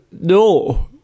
No